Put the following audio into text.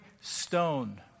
stone